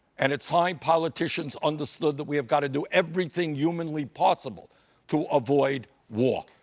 and it's time politicians understood that we've got to do everything humanly possible to avoid war.